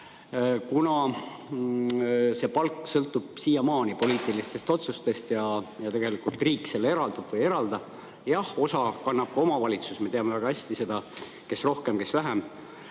See palk sõltub siiamaani poliitilistest otsustest ja tegelikult riik selle eraldab või ei eralda. Jah, osa kannab ka omavalitsus, me teame seda väga hästi, kes rohkem, kes vähem.